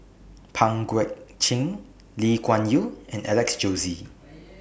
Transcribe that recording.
Pang Guek Cheng Lee Kuan Yew and Alex Josey